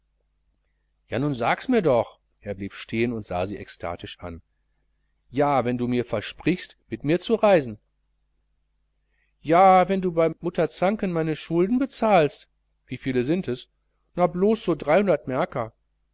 na so sags mir doch er blieb stehen und sah sie ekstatisch an ja wenn du mir versprichst mit mir zu reisen ja wenn du bei mutter zanken meine schulden bezahlst wieviel sind es na blos so dreihundert märker